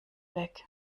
weg